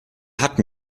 hatten